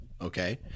Okay